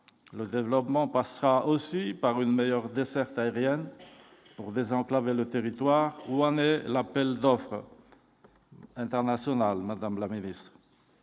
le développement passera aussi par une meilleure desserte aérienne pour désenclaver le territoire rwandais, l'appel d'offres. International : Madame la Ministre,